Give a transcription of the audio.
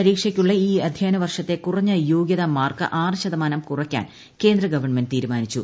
പരീക്ഷയ്ക്കുള്ള ജ്യൂ അദ്ധ്യയന വർഷത്തെ കുറഞ്ഞ യോഗ്യത മാർക്ക് ആറ് ശതമാനം കുറയ്ക്കാൻ കേന്ദ്ര ഗവൺമെന്റ് തീരുമാനിച്ചു